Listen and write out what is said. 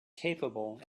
capable